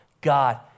God